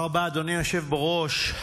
תודה רבה, אדוני היושב בראש.